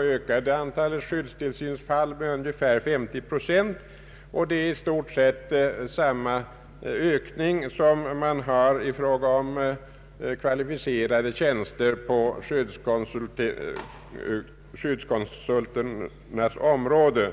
ökade antalet skyddstillsynsfall med ungefär 50 procent. Det är i stort sett samma ökning som man gjort i fråga om kvalificerade tjänster på skyddskonsulenternas område.